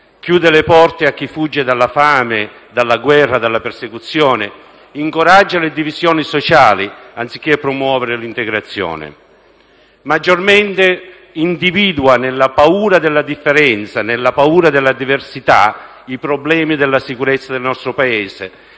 chiude le porte a chi fugge dalla fame, dalla guerra, dalla persecuzione, che incoraggia le divisioni sociali anziché promuovere l'integrazione. Maggiormente, esso individua nella paura della differenza e nella paura della diversità i problemi della sicurezza del nostro Paese.